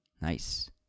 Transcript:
Nice